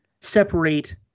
separate